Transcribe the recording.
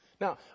Now